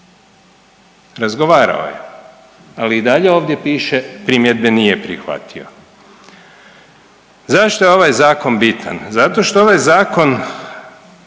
Razgovarao je, ali i dalje ovdje piše primjedbe nije prihvatio. Zašto je ovaj zakon bitan? Zato što ovaj zakon